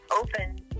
open